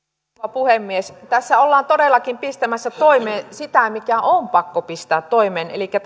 puhemies tässä ollaan todellakin pistämässä toimeen sitä mikä on pakko pistää toimeen elikkä